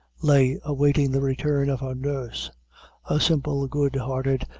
lay awaiting the return of her nurse a simple, good-hearted,